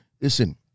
listen